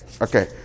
Okay